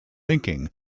linking